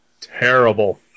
terrible